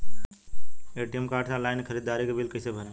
ATM card से online ख़रीदारी के बिल कईसे भरेम?